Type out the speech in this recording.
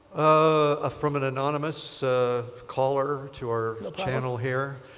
ah from an anonymous ah caller to our channel here.